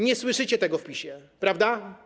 Nie słyszycie tego w PiS-ie, prawda?